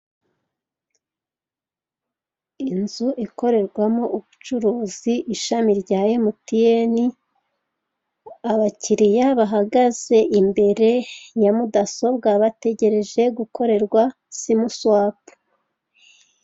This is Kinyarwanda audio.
Inzu ikorerwamo ubucuruzi, ishami rya emutiyeni, abakiriya bahagaze imbere ya mudasobwa. Bategereje gukorerwa siku swapu.